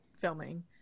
filming